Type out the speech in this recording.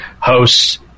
hosts